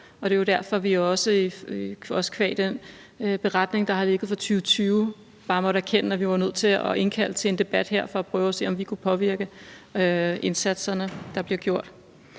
Det er jo også derfor, at vi – også qua den beretning, der har ligget fra 2020 – bare har måttet erkende, at vi var nødt til at indkalde til en debat her for at prøve at se, om vi kunne påvirke indsatserne, der bliver gjort.